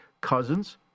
Cousins